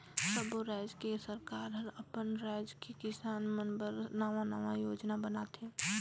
सब्बो रायज के सरकार हर अपन राज के किसान मन बर नांवा नांवा योजना बनाथे